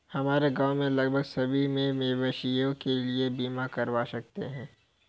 हमारे गांव में लगभग सभी ने मवेशियों के लिए बीमा करवा रखा है